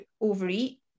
overeat